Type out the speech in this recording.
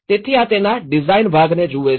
તેથી આ તેના ડિઝાઇન ભાગને જુએ છે